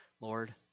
Lord